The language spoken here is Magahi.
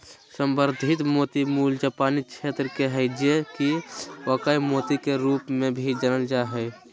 संवर्धित मोती मूल जापानी क्षेत्र के हइ जे कि अकोया मोती के रूप में भी जानल जा हइ